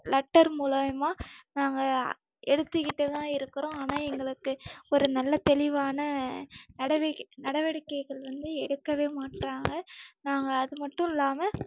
letter மூலயுமா நாங்கள் எடுத்துக்கிட்டு தான் இருக்கிறோம் ஆனால் எங்களுக்கு ஒரு நல்ல தெளிவான நடவடிக்கை நடவடிக்கைகள் வந்து எடுக்கவே மாட்றாங்க நாங்கள் அது மட்டும் இல்லாமல்